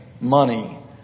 money